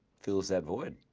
fills that void,